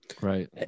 Right